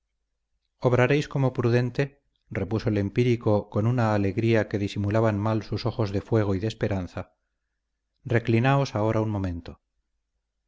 obrasteis como prudente repuso el empírico con una alegría que disimulaban mal sus ojos de fuego y de esperanza reclinaos ahora un momento